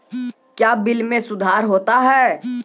क्या बिल मे सुधार होता हैं?